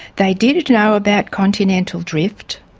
they did know about continental drift,